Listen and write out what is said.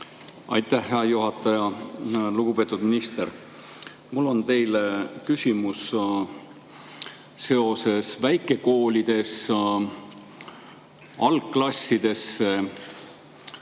Aitäh, hea juhataja! Lugupeetud minister! Mul on teile küsimus väikekoolides algklassidesse